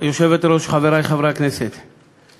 חברי חברי הכנסת,